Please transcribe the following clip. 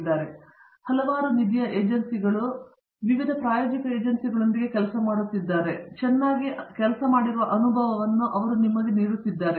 ಆದ್ದರಿಂದ ಅವರು ಹಲವಾರು ನಿಧಿಯ ಏಜೆನ್ಸಿಗಳು ವಿವಿಧ ಪ್ರಾಯೋಜಕ ಏಜೆನ್ಸಿಗಳೊಂದಿಗೆ ಕೆಲಸ ಮಾಡುತ್ತಿದ್ದಾರೆ ಮತ್ತು ಎಷ್ಟು ಚೆನ್ನಾಗಿ ನಿಮ್ಮೊಂದಿಗೆ ಕೆಲಸ ಮಾಡುತ್ತಿರುವ ಅನುಭವವನ್ನು ಅವರು ನೀಡುತ್ತಿದ್ದಾರೆ